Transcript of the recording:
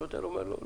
השוטר אומר לו: